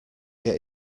get